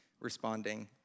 responding